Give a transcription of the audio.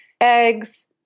Eggs